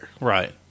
Right